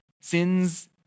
Sins